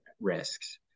risks